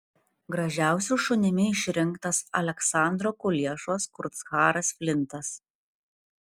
gražiausiu šunimi išrinktas aleksandro kuliešos kurtsharas flintas